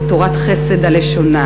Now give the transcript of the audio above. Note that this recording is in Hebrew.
ותורת חסד על לשונה.